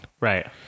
Right